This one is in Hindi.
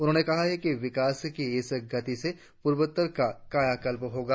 उन्होंने कहा कि विकास की इस गति से पूर्वोत्तर का कायाकल्प होगा